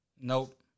Nope